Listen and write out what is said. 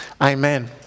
amen